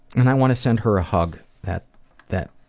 and i wanna send her a hug, that that